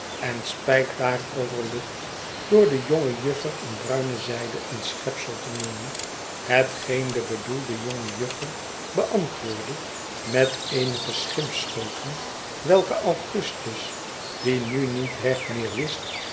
en spijt daarover lucht door de jonge juffer in bruine zijde een schepsel te noemen hetgeen de bedoelde jonge juffer beantwoordde met eenige schimpschoten welke augustus die nu niet recht meer wist